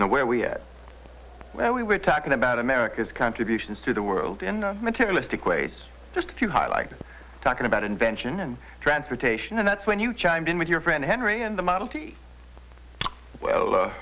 know where we are where we were talking about america's contributions to the world in a materialistic ways just to highlight talking about invention and transportation and that's when you chimed in with your friend henry and the model t well